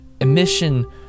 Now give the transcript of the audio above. emission